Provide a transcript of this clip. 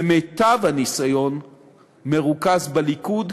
ומיטב הניסיון מרוכז בליכוד,